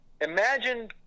Imagine